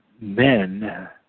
men